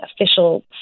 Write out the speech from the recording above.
official